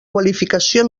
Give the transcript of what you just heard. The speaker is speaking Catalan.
qualificació